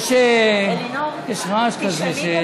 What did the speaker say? יש רעש כזה.